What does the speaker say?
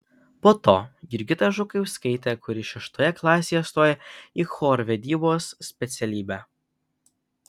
po to jurgita žukauskaitė kuri šeštoje klasėje stojo į chorvedybos specialybę